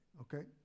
Okay